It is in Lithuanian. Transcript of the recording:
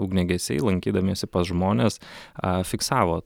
ugniagesiai lankydamiesi pas žmones fiksavo